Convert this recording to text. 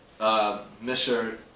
Mr